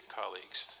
colleagues